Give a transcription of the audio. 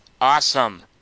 Awesome